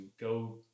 go